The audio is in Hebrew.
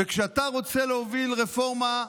וכשאתה רוצה להוביל רפורמה,